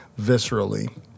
viscerally